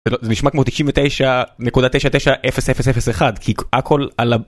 זה נשמע כמו תשעים ותשע, נקודה תשע תשע, אפס אפס אפס אחד, כי הכל על ה..